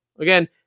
again